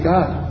God